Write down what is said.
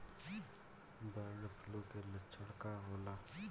Bird flu के लक्षण का होला?